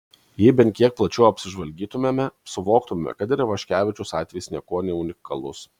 jei bent kiek plačiau apsižvalgytumėme suvoktume kad ir ivaškevičiaus atvejis niekuo neunikalus